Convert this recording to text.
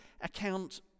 account